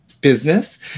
business